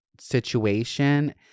situation